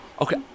okay